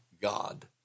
God